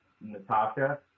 Natasha